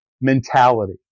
mentality